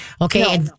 okay